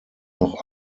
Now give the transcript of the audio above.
noch